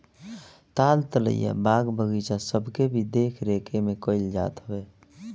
ताल तलैया, बाग बगीचा सबके भी देख रेख एमे कईल जात हवे